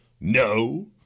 No